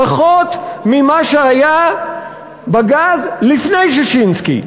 פחות ממה שהיה בגז לפני ששינסקי.